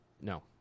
no